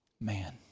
man